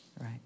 right